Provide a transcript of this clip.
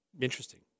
interesting